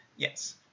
Yes